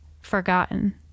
forgotten